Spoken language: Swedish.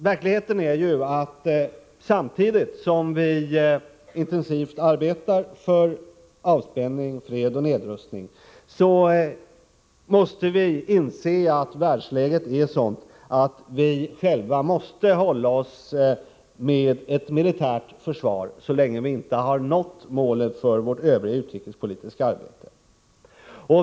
Verkligheten är att samtidigt som vi intensivt arbetar för avspänning, fred och nedrustning måste vi inse att världsläget är sådant att vi själva måste hålla oss med ett militärt försvar så länge vi inte har nått målen för vårt utrikespolitiska arbete.